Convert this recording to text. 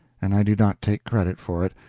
and i do not take credit for it,